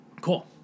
Cool